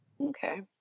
Okay